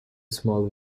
small